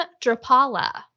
Drapala